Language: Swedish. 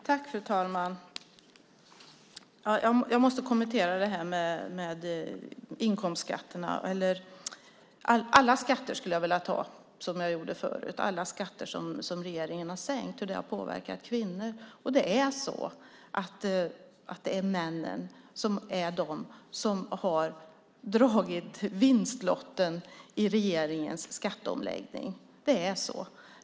Fru talman! Jag måste kommentera alla skatter som regeringen har sänkt och hur det har påverkat kvinnor. Det är männen som har dragit vinstlotten i regeringens skatteomläggning. Det är så.